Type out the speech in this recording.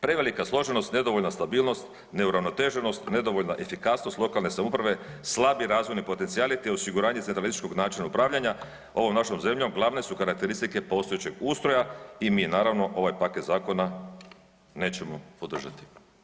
Prevelika složenost, nedovoljna stabilnost, neuravnoteženost, nedovoljna efikasnost lokalne samouprave, slabi razvojni potencijali te osiguranje centralističkog načina upravljanja ovom našom zemljom glavne su karakteristike postojećeg ustroja i mi naravno ovaj paket zakona nećemo podržati.